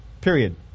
Period